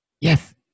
Yes